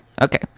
okay